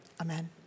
Amen